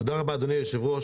תודה רבה אדוני היו"ר.